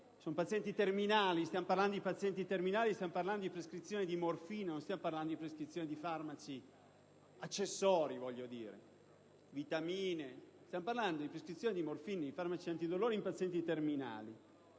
Stiamo parlando di pazienti terminali e di prescrizione di morfina e non di farmaci accessori, vitamine. Siamo parlando di prescrizione di morfina, di farmaci antidolore in pazienti terminali.